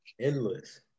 Endless